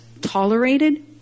tolerated